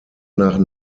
nach